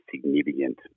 significant